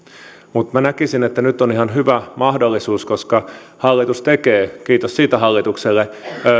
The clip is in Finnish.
minä näkisin että nyt on ihan hyvä mahdollisuus koska hallitus tekee kiitos siitä hallitukselle